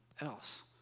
else